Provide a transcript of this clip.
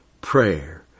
prayer